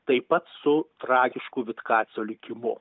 taip pat su tragišku vitkaco likimu